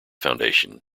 foundation